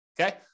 Okay